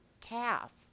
calf